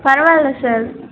பரவால்லை சார்